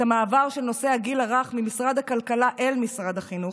את המעבר של נושא הגיל הרך ממשרד הכלכלה אל משרד החינוך,